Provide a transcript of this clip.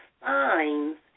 signs